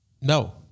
No